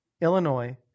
Illinois